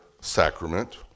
sacrament